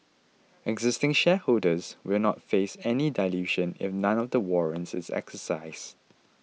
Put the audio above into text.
existing shareholders will not face any dilution if none of the warrants is exercised